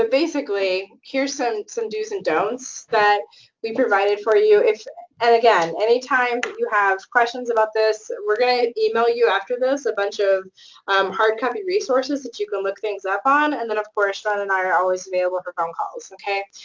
ah basically, here's some some dos and don'ts that we've provided for you. if and, again, anytime that you have questions about this, we're gonna e-mail you after this a bunch of hard-copy resources that you can look things up on, and then, of course, raana and i are always available for phone calls, okay?